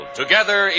together